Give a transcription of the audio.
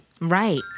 Right